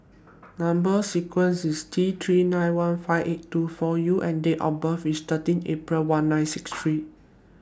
Number sequence IS T three nine one five eight two four U and Date of birth IS thirteen April one nine six three